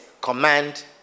command